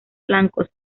flancos